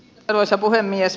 arvoisa puhemies